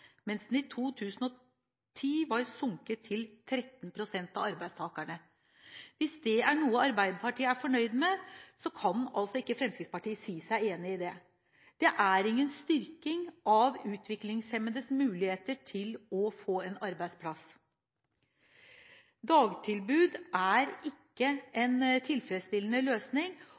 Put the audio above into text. mens den i 2010 var sunket til 13 pst. av arbeidstakerne. Hvis det er noe Arbeiderpartiet er fornøyd med, kan ikke Fremskrittspartiet si seg enig i det. Det er ingen styrking av utviklingshemmedes muligheter til å få en arbeidsplass. Dagtilbud er ikke en tilfredsstillende løsning,